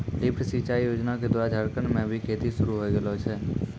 lift सिंचाई योजना क द्वारा झारखंड म भी खेती शुरू होय गेलो छै